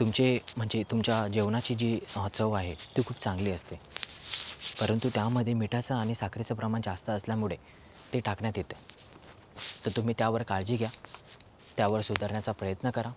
तुमचे म्हणजे तुमच्या जेवणाची जी चव आहे ती खूप चांगली असते परंतु त्यामध्ये मिठाचं आणि साखरेचं प्रमाण जास्त असल्यामुळे ते टाकण्यात येतं तर तुम्ही त्यावर काळजी घ्या त्यावर सुधारण्याचा प्रयत्न करा